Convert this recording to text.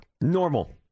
Normal